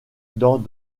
dans